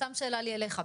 סתם שאלה לי אליך,